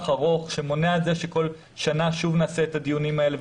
ארוך שמונע את זה שכל שנה נעשה את הדיונים האלה,